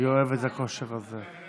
והיא אוהבת את הכושר הזה.